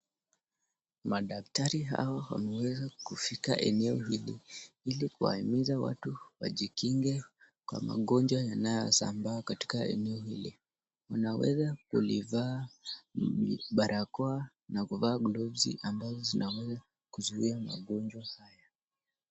Madaktari hawa wame weza kufika eneo hili ili kuwa imiza watu wajikinge kwa magonjwa yanayo sambaa katika eneo hili, una weza kulivaa barakoa na kulivaa glovi ambazo zina weza kuzuia magonjwa haya.